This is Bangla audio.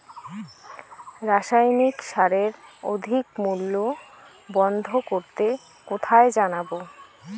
রাসায়নিক সারের অধিক মূল্য বন্ধ করতে কোথায় জানাবো?